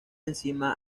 enzima